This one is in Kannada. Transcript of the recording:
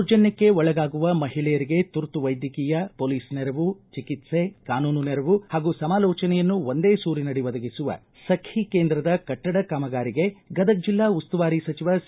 ದೌರ್ಜನ್ನಕ್ಕೆ ಒಳಗಾಗುವ ಮಹಿಳೆಯರಿಗೆ ತುರ್ತು ವೈದ್ಯಕೀಯ ಪೊಲೀಸ್ ನೆರವು ಚಿಕಿತ್ಸೆ ಕಾನೂನು ನೆರವು ಹಾಗೂ ಸಮಾಲೋಚನೆಯನ್ನು ಒಂದೇ ಸೂರಿನಡಿ ಒದಗಿಸುವ ಸಖಿ ಕೇಂದ್ರದ ಕಟ್ಟಡ ಕಾಮಗಾರಿಗೆ ಗದಗ ಜಿಲ್ಲಾ ಉಸ್ತುವಾರಿ ಸಚಿವ ಸಿ